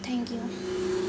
thank you